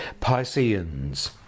Pisceans